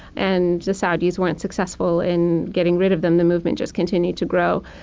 and the saudis weren't successful in getting rid of them. the movement just continued to grow.